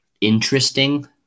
interesting